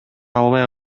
албай